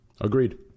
Agreed